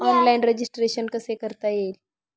Online registration कसे करता येईल?